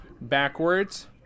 backwards